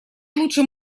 лучше